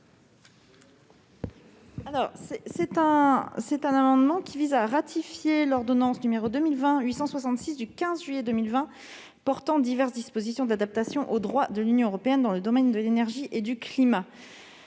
présent amendement a pour objet de ratifier l'ordonnance n° 2020-866 du 15 juillet 2020 portant diverses dispositions d'adaptation au droit de l'Union européenne dans le domaine de l'énergie et du climat.